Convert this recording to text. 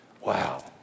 Wow